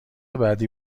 بعدی